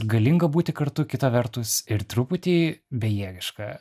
galinga būti kartu kita vertus ir truputį bejėgiška